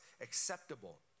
acceptable